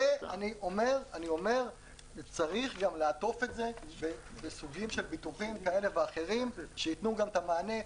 צריך גם לעטוף את זה בסוגים של ביטוחים כאלה ואחרים שייתנו גם את המענה.